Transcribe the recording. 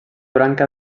branca